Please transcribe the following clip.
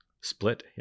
split